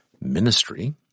Ministry